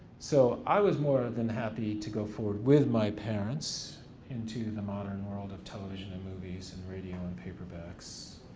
so, i was more than happy to go forward with my parents into the modern world of television and movies and reading um and paperbacks,